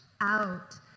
out